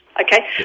Okay